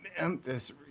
Memphis